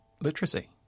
literacy